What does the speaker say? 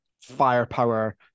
firepower